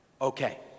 okay